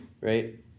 Right